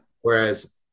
Whereas